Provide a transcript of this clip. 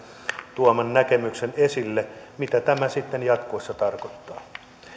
tuoman näkemyksen esille mitä tämä sitten jatkossa tarkoittaa